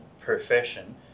profession